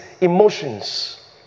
emotions